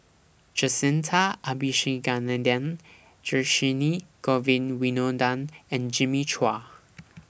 Jacintha Abisheganaden Dhershini Govin Winodan and Jimmy Chua